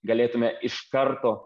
galėtume iš karto